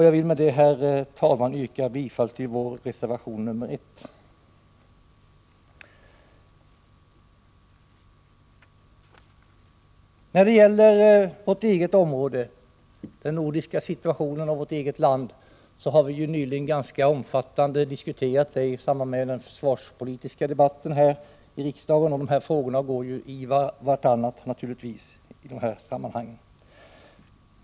Jag ber med detta, herr talman, att få yrka bifall till vår reservation nr 1. Den nordiska situationen och vårt eget land har vi nyligen haft en ganska omfattande diskussion om i samband med den försvarspolitiska debatten i riksdagen. Dessa frågor går ju i varandra.